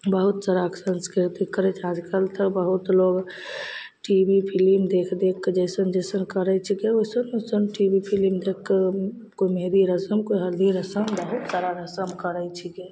बहुत तरहके संस्कृति करै छै आजकल तऽ बहुत लोक टी वी फिलिम देखि देखिके जइसन जइसन करै छिकै ओइसन ओइसन टी वी फिलिम देखिके कोइ मेहदी रसम कोइ हल्दी रसम बहुत सारा रसम करै छिकै